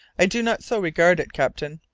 i do not so regard it, captain.